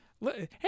Hey